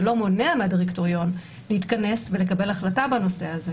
זה לא מונע מהדירקטוריון להתכנס ולקבל החלטה בנושא הזה.